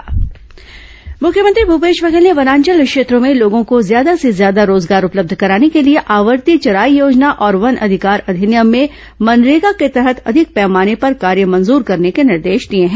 मख्यमंत्री बैठक मुख्यमंत्री भूपेश बघेल ने वनांचल क्षेत्रों में लोगों को ज्यादा से ज्यादा रोजगार उपलब्ध कराने के लिए आवर्ती चराई योजना और वन अधिकार अधिनियम में मनरेगा के तहत अधिक पैमाने पर कार्य मंजूर करने के निर्देश दिए हैं